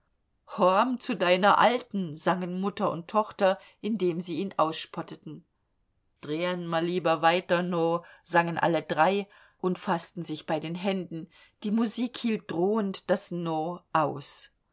zu deiner alten sangen mutter und tochter indem sie ihn ausspotteten dreahn ma lieber weiter no sangen alle drei und faßten sich bei den händen die musik hielt drohend das no aus